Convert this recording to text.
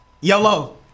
Yellow